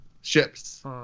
ships